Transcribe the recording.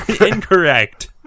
incorrect